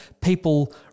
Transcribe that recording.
people